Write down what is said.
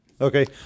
Okay